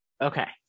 Okay